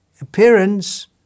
appearance